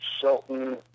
Shelton